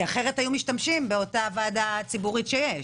אחרת היו משתמשים באותה ועדה ציבורית שיש.